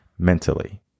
mentally